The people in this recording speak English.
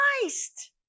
Christ